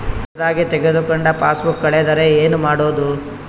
ಹೊಸದಾಗಿ ತೆಗೆದುಕೊಂಡ ಪಾಸ್ಬುಕ್ ಕಳೆದರೆ ಏನು ಮಾಡೋದು?